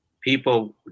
People